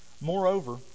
Moreover